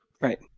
right